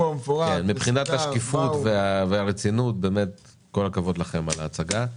מבחינת השקיפות והרצינות באמת כל הכבוד לכם על ההצגה.